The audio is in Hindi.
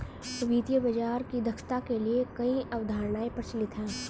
वित्तीय बाजार की दक्षता के लिए कई अवधारणाएं प्रचलित है